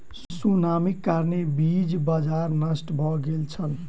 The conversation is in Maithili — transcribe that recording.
सुनामीक कारणेँ बीज बाजार नष्ट भ गेल छल